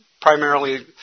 primarily